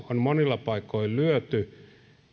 on monilla paikoilla lyöty